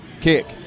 Kick